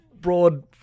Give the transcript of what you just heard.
broad